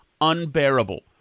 unbearable